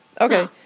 Okay